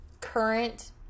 current